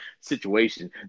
situation